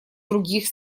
других